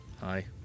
Hi